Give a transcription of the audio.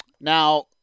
Now